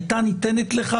היית ניתנת לך,